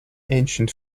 ancient